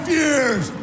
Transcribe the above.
years